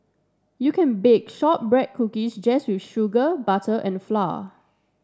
you can bake shortbread cookies just with sugar butter and flour